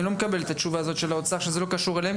אני לא מקבל את התשובה הזאת של האוצר שזה לא קשור אליהם,